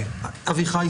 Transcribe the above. אסביר.